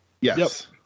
Yes